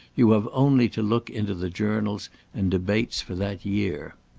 you have only to look into the journals and debates for that year.